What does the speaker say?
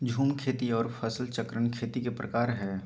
झूम खेती आर फसल चक्रण खेती के प्रकार हय